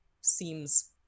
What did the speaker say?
seems